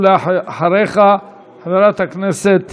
אחריך, חברת הכנסת